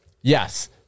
Yes